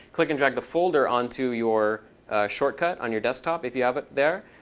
click and drag the folder onto your shortcut on your desktop if you have it there.